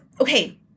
okay